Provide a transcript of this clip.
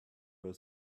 her